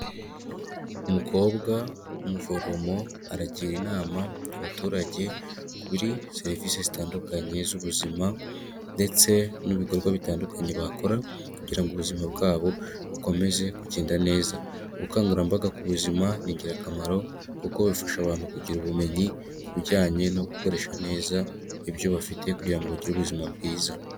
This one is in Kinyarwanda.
Umukobwa w'umuforomo aragira inama abaturage kuri serivisi zitandukanye z'ubuzima ndetse n'ibikorwa bitandukanye bakora kugira ngo ubuzima bwabo bukomeze kugenda neza, ubukangurambaga ku buzima n'ingirakamaro kuko bifasha abantu kugira ubumenyi ku bijyanye no gukoresha neza ibyo bafite kugira ngo bagire ubuzima bwiza.